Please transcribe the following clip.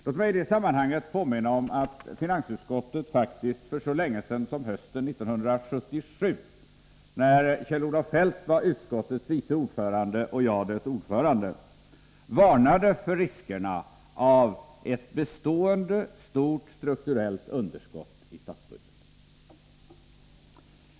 Låt mig i det sammanhanget påminna om att finansutskottet faktiskt för så länge sedan som hösten 1977, när Kjell-Olof Feldt var utskottets vice ordförande och jag dess ordförande, varnade för riskerna av ett bestående stort strukturellt underskott i statsbudgeten.